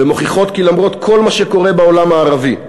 ומוכיחות כי למרות כל מה שקורה בעולם הערבי,